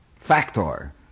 factor